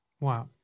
Wow